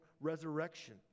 resurrection